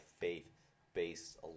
faith-based